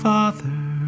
Father